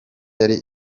yari